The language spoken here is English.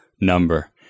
number